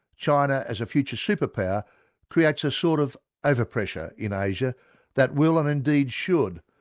china as a future superpower creates a sort of overpressure in asia that will, and indeed should,